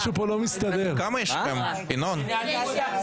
הצבעה ההעברה